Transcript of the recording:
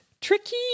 tricky